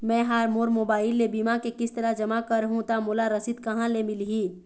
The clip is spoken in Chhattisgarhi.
मैं हा मोर मोबाइल ले बीमा के किस्त ला जमा कर हु ता मोला रसीद कहां ले मिल ही?